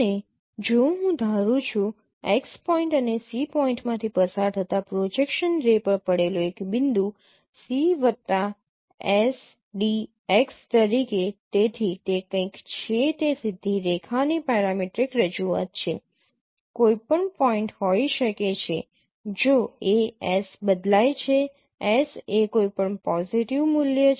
અને જો હું ધારું છું x પોઇન્ટ અને C પોઈન્ટમાંથી પસાર થતા પ્રોજેક્શન રે પર પડેલો એક બિંદુ C વત્તા s d x તરીકે તેથી તે કંઈક છે તે સીધી રેખાની પેરામેટ્રિક રજૂઆત છે કોઈપણ પોઈન્ટ હોઈ શકે છે જો a s બદલાય છે s એ કોઈપણ પોઝિટિવ મૂલ્ય છે